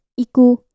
iku